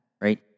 Right